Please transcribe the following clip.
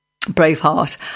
braveheart